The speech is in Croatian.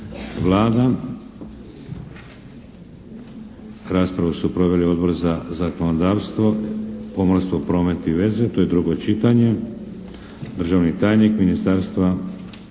Vlada. Raspravu su proveli Odbor za zakonodavstvo, pomorstvo, promet i veze. To je drugo čitanje. Državni tajnik Ministarstva